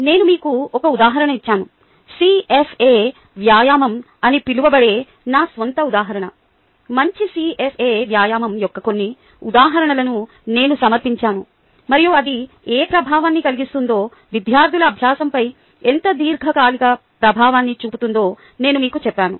నేను మీకు ఒక ఉదాహరణ ఇచ్చాను CFA వ్యాయామం అని పిలువబడే నా స్వంత ఉదాహరణ మంచి CFA వ్యాయామం యొక్క కొన్ని ఉదాహరణలను నేను సమర్పించాను మరియు అది ఏ ప్రభావాన్ని కలిగిస్తుందో విద్యార్థుల అభ్యాసంపై ఎంత దీర్ఘకాలిక ప్రభావాన్ని చూపుతుందో నేను మీకు చెప్పాను